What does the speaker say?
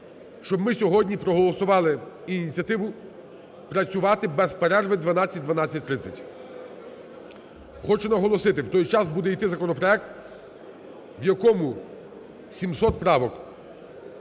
щоб ми сьогодні проголосували ініціативу працювати без перерви 12-12:30. Хочу наголосити: у той час буде іти законопроект, в якому 700 правок.